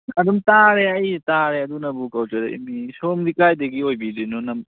ꯑꯗꯨꯝ ꯇꯥꯔꯦ ꯑꯩ ꯇꯥꯔꯦ ꯑꯗꯨꯅꯕꯨ ꯀꯧꯖꯔꯛꯏꯃꯤ ꯁꯣꯝꯗꯤ ꯀꯥꯏꯗꯒꯤ ꯑꯣꯏꯕꯤꯗꯣꯏꯅꯣ ꯅꯪ